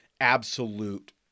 Absolute